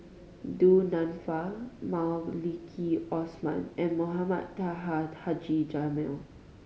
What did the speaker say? Du Nanfa Maliki Osman and Mohamed Taha Haji Jamil